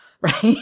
right